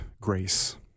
grace